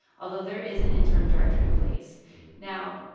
although there is an interim director in place now,